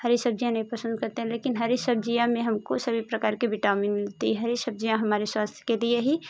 हरी सब्ज़ियाँ नहीं पसंद करते हैं लेकिन हरी सब्ज़ियों में हमको सभी प्रकार के विटामिन मिलती हैं हरी सब्ज़ियाँ हमारे स्वास्थ्य के लिए ही